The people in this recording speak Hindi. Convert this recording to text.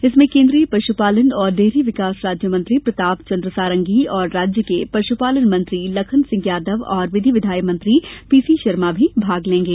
इसमें केन्द्रीय पश्पालन और डेयरी विकास राज्य मंत्री प्रतापचंद्र सारंगी और राज्य के पश्पालन मंत्री लखन सिंह यादव और विधि तथा कानून मंत्री पीसी शर्मा भी भाग लेंगे